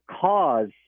cause